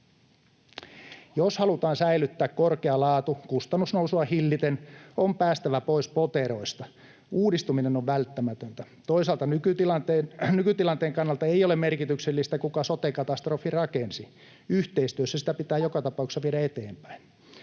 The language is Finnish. Jos halutaan säilyttää korkea laatu kustannusnousua hilliten, on päästävä pois poteroista. Uudistuminen on välttämätöntä. Toisaalta nykytilanteen kannalta ei ole merkityksellistä, kuka sote-katastrofin rakensi, yhteistyössä sitä pitää joka tapauksessa viedä eteenpäin.